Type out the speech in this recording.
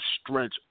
stretch